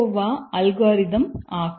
வ அல்காரிதம் ஆகும்